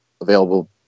available